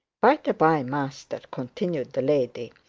by the bye, master continued the lady,